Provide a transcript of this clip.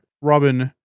Robin